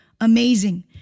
Amazing